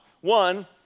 One